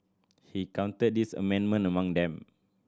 he counted this amendment among them